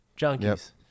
junkies